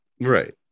right